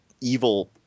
evil